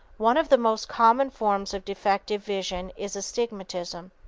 one of the most common forms of defective vision is astigmatism.